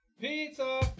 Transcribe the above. pizza